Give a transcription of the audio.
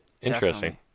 Interesting